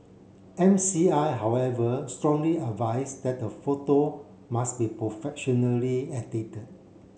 M C I however strongly advised that the photo must be professionally edited